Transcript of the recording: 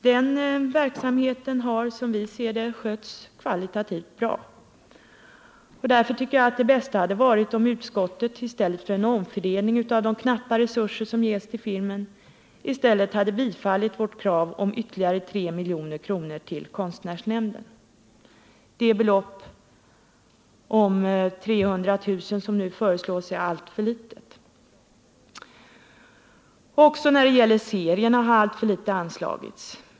Den verksamheten har, som vi ser det, skötts kvalitativt bra. Därför tycker jag att det bästa hade varit att utskottet i stället för en omfördelning av de knappa resurser som ges till filmen hade biträtt vårt krav på ytterligare 3 milj.kr. till konstnärsnämnden. Det belopp om 325 000 kr. som nu föreslås är alltför litet. Också när det gäller serierna har alltför litet pengar anslagits.